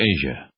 Asia